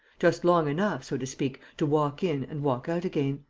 just long enough, so to speak, to walk in and walk out again.